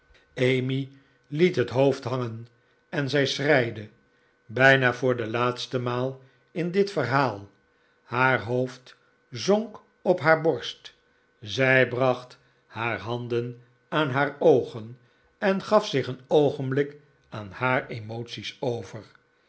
emmy liet het hoofd hangen en zij schreide bijna voor de laatste maal in dit verhaal haar hoofd zonk op haar borst zij bracht haar handen aan haar oogen en gaf zich een oogenblik aan haar emoties over